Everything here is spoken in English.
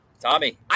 Tommy